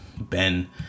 Ben